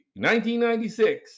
1996